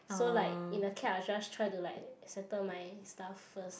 so like in the cab I just try to like settle my stuff first